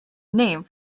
name